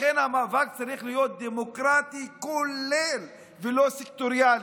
לכן המאבק צריך להיות דמוקרטי כולל ולא סקטוריאלי.